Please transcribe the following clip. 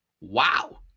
wow